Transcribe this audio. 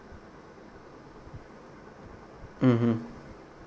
mmhmm